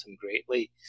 greatly